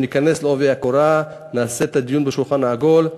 ניכנס בעובי הקורה ונעשה דיון סביב השולחן העגול,